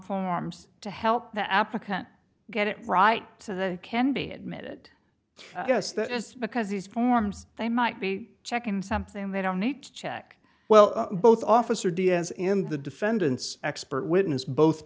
forms to help the applicant get it right so they can be admitted yes that is because these forms they might be checking something they don't need to check well both officer d as in the defendant's expert witness both